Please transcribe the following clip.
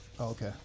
okay